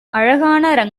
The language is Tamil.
அழகான